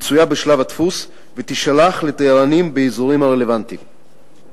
מצויה בשלב הדפוס ותישלח לתיירנים באזורים הרלוונטיים,